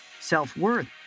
self-worth